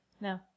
No